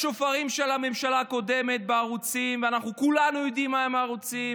עכשיו, מה ששמענו פה, אדוני היושב-ראש,